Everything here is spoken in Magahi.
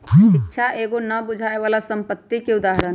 शिक्षा एगो न बुझाय बला संपत्ति के उदाहरण हई